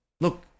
look